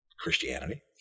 Christianity